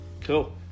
cool